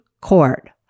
Court